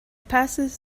passes